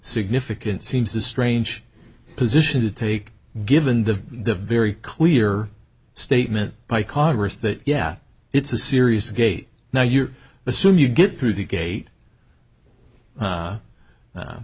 significant seems a strange position to take given the the very clear statement by congress that yeah it's a serious gate now you're the soon you get through the gate